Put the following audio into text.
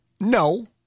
No